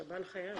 שב"ן חייבים.